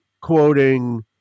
quoting